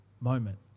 moment